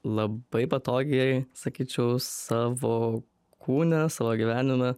labai patogiai sakyčiau savo kūne savo gyvenime